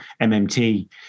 mmt